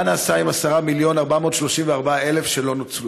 3. מה נעשה עם 10 מיליון ו-434,000 שקלים שלא נוצלו?